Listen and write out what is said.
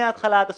מההתחלה ועד הסוף.